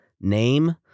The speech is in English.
name